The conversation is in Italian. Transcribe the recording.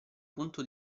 punto